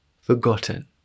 forgotten